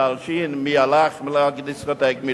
להלשין מי הלך לדיסקוטק,